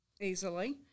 easily